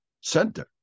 center